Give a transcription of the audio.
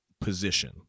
position